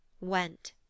went